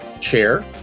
Chair